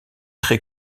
très